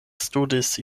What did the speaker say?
studis